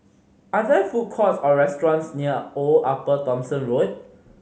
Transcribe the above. are there food courts or restaurants near Old Upper Thomson Road